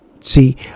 see